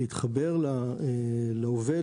להתחבר לעובד,